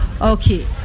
Okay